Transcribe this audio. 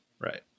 Right